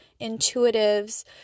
intuitives